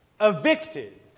Evicted